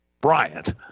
Bryant